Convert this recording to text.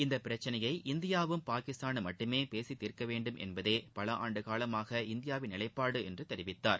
இந்தப் பிரச்சனையை இந்தியாவும் பாகிஸ்தானும் மட்டுமே பேசி தீர்க்க வேண்டும் என்பதே பல ஆண்டு காலமாக இந்தியாவின் நிலைப்பாடு என்று தெரிவித்தார்